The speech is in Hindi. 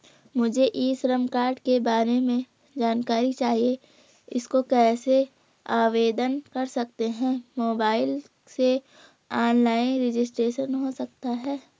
मुझे ई श्रम कार्ड के बारे में जानकारी चाहिए इसको कैसे आवेदन कर सकते हैं मोबाइल से ऑनलाइन रजिस्ट्रेशन हो सकता है?